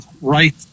right